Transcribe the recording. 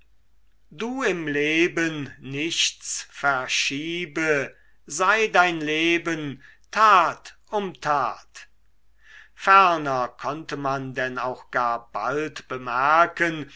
du im leben nichts verschiebe sei dein leben tat um tat ferner konnte man denn auch gar bald bemerken